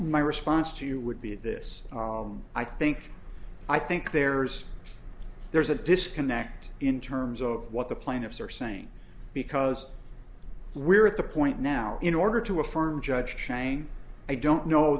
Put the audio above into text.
my response to you would be this i think i think there's there's a disconnect in terms of what the plaintiffs are saying because we're at the point now in order to affirm judge chang i don't know